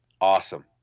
awesome